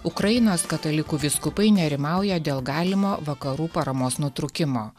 ukrainos katalikų vyskupai nerimauja dėl galimo vakarų paramos nutrūkimo